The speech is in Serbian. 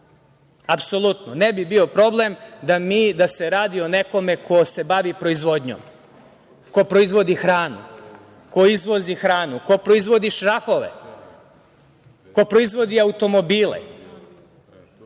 apsolutno ne bi bio problem da se radi o nekome ko se bavi proizvodnjom, ko proizvodi hranu, ko izvozi hranu, ko proizvodi šrafove, ko proizvodi automobile,